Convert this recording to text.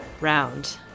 round